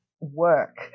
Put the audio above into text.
work